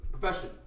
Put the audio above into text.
profession